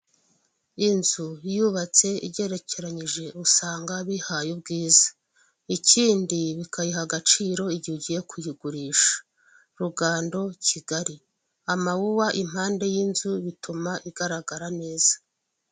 Inzu yubatse igerekeranyije usanga biyihaye ubwiza ikindi bikayiha agaciro igihe ugiye kuyigurisha Rugando Kigali, amawuwa impande y'inzu bituma igaragara neza.